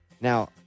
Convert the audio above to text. Now